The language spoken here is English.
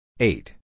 Eight